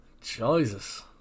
Jesus